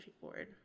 board